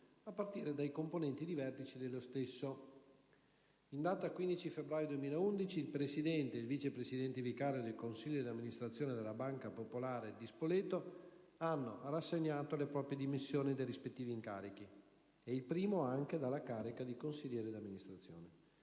a partire dai componenti di vertice dello stesso. In data 15 febbraio 2011, il Presidente e il Vice presidente vicario del Consiglio di amministrazione della Banca popolare di Spoleto hanno rassegnato le proprie dimissioni dai rispettivi incarichi e il primo anche dalla carica di consigliere di amministrazione.